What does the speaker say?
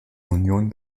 union